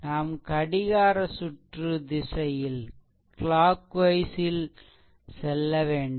நாம் கடிகார சுற்று திசையில் செல்லவேண்டும்